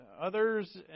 others